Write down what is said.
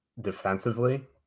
defensively